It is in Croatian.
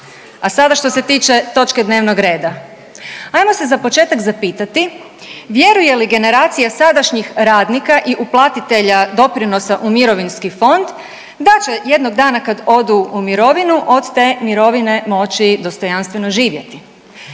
A sada što se tiče točke dnevnog reda. Hajmo se za početak zapitati vjeruje li generacija sadašnjih radnika i uplatitelja doprinosa u mirovinski fond da će jednog dana kad odu u mirovinu od te mirovine moći dostojanstveno živjeti.